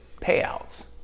payouts